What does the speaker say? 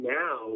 now